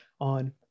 on